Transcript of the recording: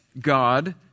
God